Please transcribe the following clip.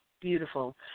Beautiful